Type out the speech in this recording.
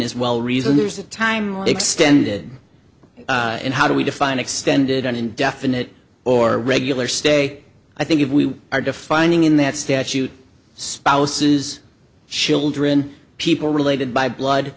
is well reasoned there's a timeline extended in how do we define extended an indefinite or regular stay i think if we are defining in that statute spouses children people related by blood